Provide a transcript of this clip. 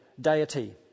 deity